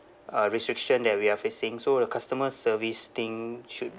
uh restriction that we are facing so the customer service thing should